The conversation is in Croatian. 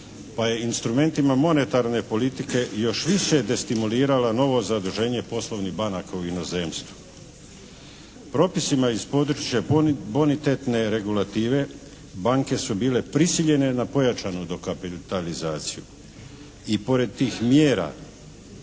pa je instrumentima monetarne politike i još više destimulirala novo zaduženje poslovnih banaka u inozemstvu. Propisima iz područja bonitetne regulative banke su bile prisiljene na pojačanu dokapitalizaciju i pored tih mjera